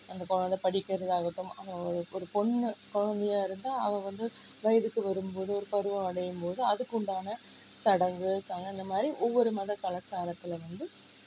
அந்த கொழந்த படிக்கிறதாகட்டும் அங்கே ஒரு ஒரு பொண்ணு கொழந்தையா இருந்தால் அவள் வந்து வயதுக்கு வரும்போது ஒரு பருவமடையும் போது அதுக்கு உண்டான சடங்கு ச அந்த மாதிரி ஒவ்வொரு மத கலாச்சாரத்தில் வந்து